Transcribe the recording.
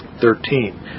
Thirteen